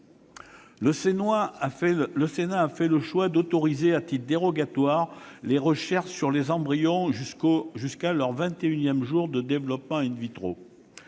Le Sénat a fait le choix d'autoriser, à titre dérogatoire, les recherches sur les embryons jusqu'à leur vingt et unième jour de développement.